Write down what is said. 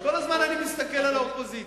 כל הזמן אני מסתכל על האופוזיציה,